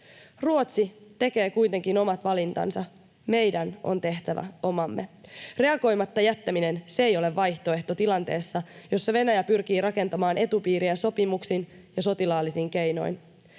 Ruotsi tekee kuitenkin omat valintansa, meidän on tehtävä omamme. Reagoimatta jättäminen, se ei ole vaihtoehto tilanteessa, jossa Venäjä pyrkii rakentamaan etupiiriä sopimuksin ja sotilaallisin keinoin.